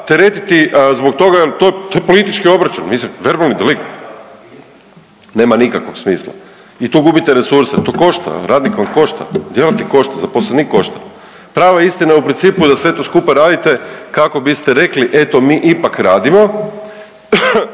teretiti zbog toga jel to je politički obračun, mislim verbalni delikt. Nema nikakvog smisla i tu gubite resurse, to košta, radnik vam košta, djelatnik košta, zaposlenik košta. Prava je istina u principu da sve to skupa radite kako biste rekli eto mi ipak radimo